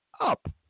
up